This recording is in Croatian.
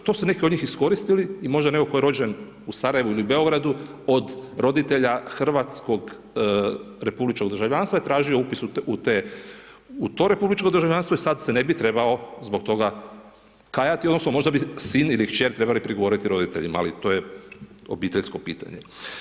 To su neki od njih iskoristili i možda netko tko je rođen u Sarajevu ili Beogradu od roditelja hrvatskog republičkog državljanstva je tražio upis u to republičko državljanstvo i sad se ne bi trebao zbog toga kajati, odnosno možda bi sin ili kćer trebali prigovoriti roditeljima, ali to je obiteljsko pitanje.